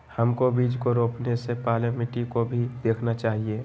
हमको बीज को रोपने से पहले मिट्टी को भी देखना चाहिए?